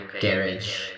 Garage